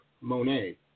Monet